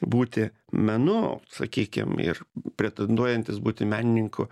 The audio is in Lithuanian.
būti menu sakykim ir pretenduojantis būti menininku